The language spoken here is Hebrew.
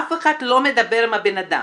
וכו', אף אחד לא מדבר עם הבן אדם.